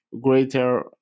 greater